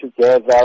together